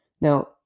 now